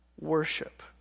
worship